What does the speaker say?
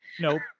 Nope